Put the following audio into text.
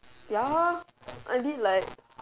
ya I did like